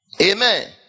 Amen